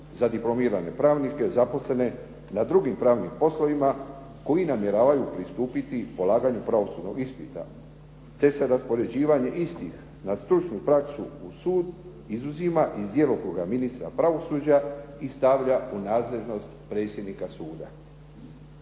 za diplomirane pravnike, zaposlene na drugim pravnim poslovima koji namjeravaju pristupiti polaganju pravosudnog ispita te se raspoređivanje istih na stručnu praksu na sud izuzima iz djelokruga ministra pravosuđa i stavlja u nadležnost predsjednika suda.